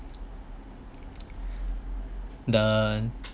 the